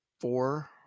four